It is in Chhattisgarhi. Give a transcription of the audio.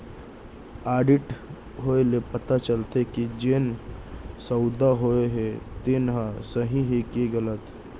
आडिट होए ले पता चलथे के जेन सउदा होए हे तेन ह सही हे के गलत